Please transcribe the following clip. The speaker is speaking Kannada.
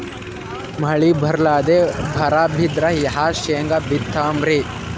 ಮಳಿ ಬರ್ಲಾದೆ ಬರಾ ಬಿದ್ರ ಯಾ ಶೇಂಗಾ ಬಿತ್ತಮ್ರೀ?